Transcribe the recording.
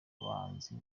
bahanzi